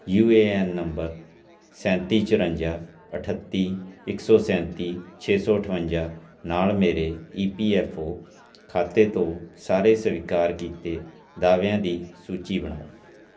you A N number ਸੈਂਤੀ ਚੁਰੰਜਾ ਅਠੱਤੀ ਇੱਕ ਸੌ ਸੈਂਤੀ ਛੇ ਸੌ ਅਠਵੰਜਾ ਨਾਲ ਮੇਰੇ ਈ ਪੀ ਐੱਫ ਓ ਖਾਤੇ ਤੋਂ ਸਾਰੇ ਸਵੀਕਾਰ ਕੀਤੇ ਦਾਅਵਿਆਂ ਦੀ ਸੂਚੀ ਬਣਾਓ